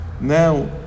now